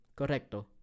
correcto